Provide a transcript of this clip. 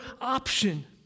option